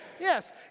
Yes